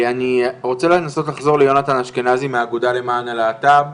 אני רוצה לנסות לחזור ליונתן אשכנזי מהאגודה למען הלהט"ב,